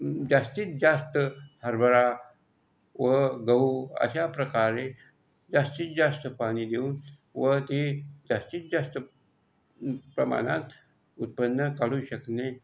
जास्तीत जास्त हरभरा व गहू अशाप्रकारे जास्तीत जास्त पाणी देऊन व ती जास्तीत जास्त प्रमाणात उत्पन्न काढू शकणे